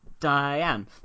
Diane